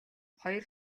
хоёр